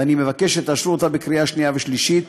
ואני מבקש שתאשרו אותה בקריאה שנייה ושלישית.